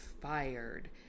fired